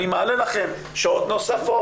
אני מעלה לכם שעות נוספות,